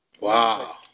Wow